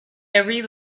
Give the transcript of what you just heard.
every